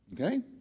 Okay